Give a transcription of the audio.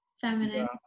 feminine